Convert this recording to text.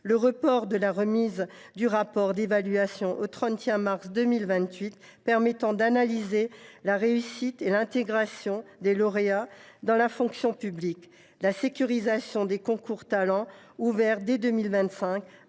le report de la remise du rapport d’évaluation au 31 mars 2028, ce qui permettra d’analyser la réussite et l’intégration des lauréats dans la fonction publique ; la sécurisation des concours Talents ouverts dès 2025